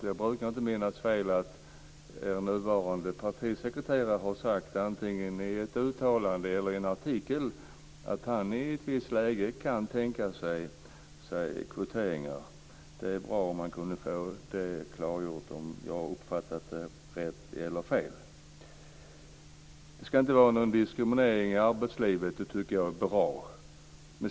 Jag brukar inte minnas fel. Jag vill påstå att er nuvarande partisekreterare har sagt - antingen i ett uttalande eller i en artikel - att han i ett visst läge kan tänka sig kvoteringar. Det vore bra om det blev klargjort om jag uppfattat det rätt eller fel. Det ska inte vara någon diskriminering i arbetslivet. Det tycker jag är bra.